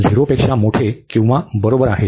तर हे झिरोपेक्षा मोठे किंवा बरोबर आहे